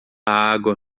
água